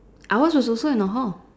ours was also in a hall